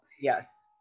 Yes